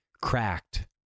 Cracked